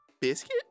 Biscuit